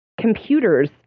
computers